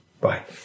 Bye